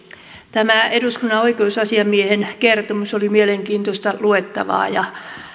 tämä eduskunnan oikeusasiamiehen kertomus oli mielenkiintoista luettavaa